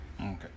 Okay